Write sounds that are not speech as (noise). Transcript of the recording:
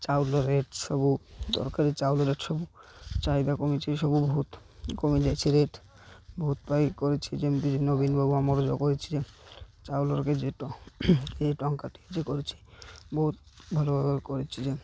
ଚାଉଳ ରେଟ୍ ସବୁ ତରକାରୀ ଚାଉଲ ରେଟ୍ ସବୁ ଚାହିଦା କମିଛି ସବୁ ବହୁତ କମି ଯାଇଛି ରେଟ୍ ବହୁତ ପାଇ କରିଛି ଯେମିତି ନବୀନ ବାବୁ ଆମର (unintelligible) ଚାଉଳ ରକେ ଏ ଟଙ୍କାଟେ ଯେ କରିଛି ବହୁତ ଭଲ ଭାବରେ କରିଛି ଯେ